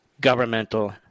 governmental